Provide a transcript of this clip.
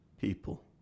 People